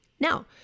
Now